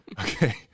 Okay